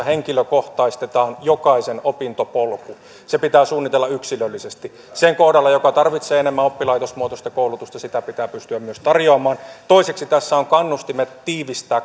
henkilökohtaistetaan jokaisen opintopolku se pitää suunnitella yksilöllisesti sen kohdalla joka tarvitsee enemmän oppilaitosmuotoista koulutusta sitä pitää pystyä myös tarjoamaan toiseksi tässä on kannustimet